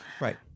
right